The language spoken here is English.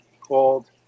called